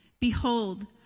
behold